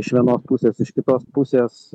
iš vienos pusės iš kitos pusės